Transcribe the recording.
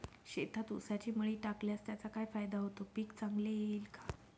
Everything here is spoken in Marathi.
शेतात ऊसाची मळी टाकल्यास त्याचा काय फायदा होतो, पीक चांगले येईल का?